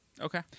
Okay